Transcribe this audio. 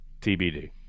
TBD